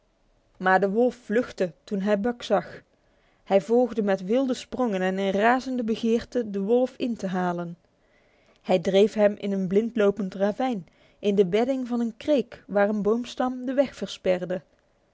maar de wolf vluchtte toen hij buck zag hij volgde met wilde sprongen in razende begeerte den wolf in te halen hij dreef hem in een blind lopend ravijn in de bedding van een kreek waar een boomstam de weg versperde